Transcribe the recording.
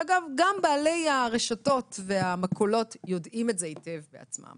ואגב גם בעלי הרשתות והמכולות יודעים את זה היטב בעצמם,